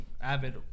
avid